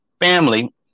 family